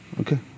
Okay